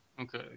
Okay